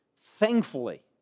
thankfully